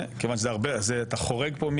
איזה סיוע אתם מעמידים לרשותו,